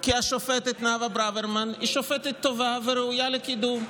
כי השופטת נאוה ברוורמן היא שופטת טובה וראויה לקידום.